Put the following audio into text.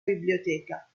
biblioteca